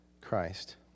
Christ